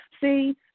See